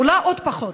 עולה עוד פחות,